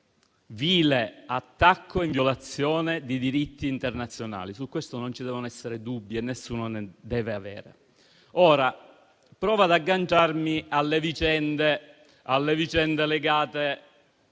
vile attacco in violazione di diritti internazionali. Su questo non ci devono essere dubbi e nessuno ne deve avere. Provo ora ad agganciarmi alle vicende legate